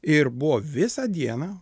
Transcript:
ir buvo visą dieną